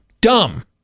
Dumb